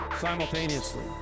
simultaneously